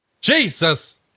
Jesus